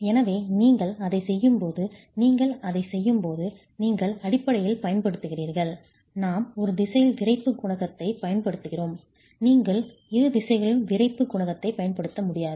எனவே நீங்கள் அதைச் செய்யும்போது நீங்கள் அதைச் செய்யும்போது நீங்கள் அடிப்படையில் பயன்படுத்துகிறீர்கள் நாம் ஒரு திசையில் விறைப்பு குணகத்தைப் பயன்படுத்துகிறோம் நீங்கள் இரு திசைகளிலும் விறைப்பு குணகத்தைப் பயன்படுத்த முடியாது